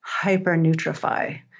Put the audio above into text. hypernutrify